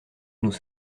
nous